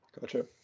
gotcha